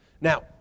Now